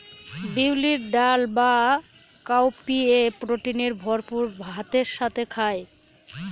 বিউলির ডাল বা কাউপিএ প্রোটিনে ভরপুর ভাতের সাথে খায়